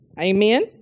amen